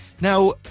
Now